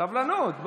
סבלנות.